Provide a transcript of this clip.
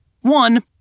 One